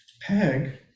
Peg